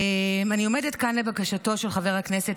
אני עומדת כאן לבקשתו של חבר הכנסת